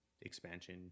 expansion